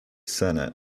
senate